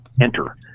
Enter